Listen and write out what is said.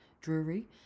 Drury